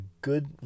good